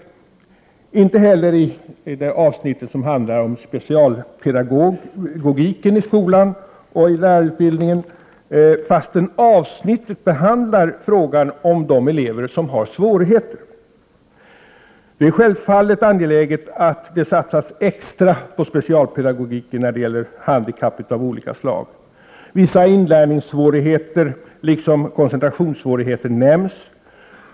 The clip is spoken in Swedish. Det behandlas inte heller i det avsnitt som handlar om specialpedagogik i skolan och i lärarutbildningen, trots att avsnittet behandlar frågan om de elever som har svårigheter. Det är självfallet angeläget att det satsas extra på specialpedagogiken när det gäller handikapp av olika slag. Vissa inlärningssvårigheter liksom koncentrationssvårigheter nämns.